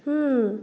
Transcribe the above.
हां